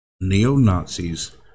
neo-Nazis